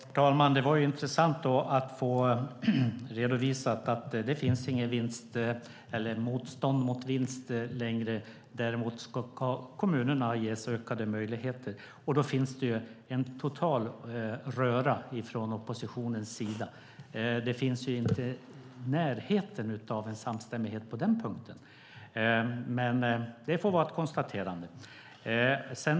Herr talman! Det var intressant att få redovisat att det inte finns något motstånd mot vinst längre. Däremot ska kommunerna ges ökade möjligheter, och när det gäller detta är det en total röra från oppositionens sida. Det finns inte i närheten av en samstämmighet på den punkten, konstaterar jag.